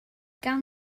gawn